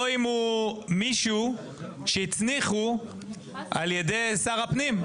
לא אם הוא מישהו שהצניחו על ידי שר הפנים.